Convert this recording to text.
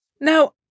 now